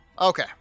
Okay